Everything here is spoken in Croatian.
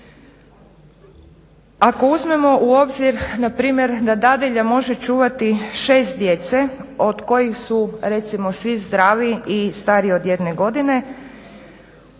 Ako uzmemo u obzir npr. da dadilja može čuvati 6 djece od kojih su recimo svi zdravi i stariji od jedne godine